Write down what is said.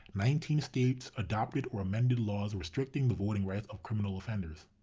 nineteen states adopted or amended laws restricting the voting rights of criminal offenders.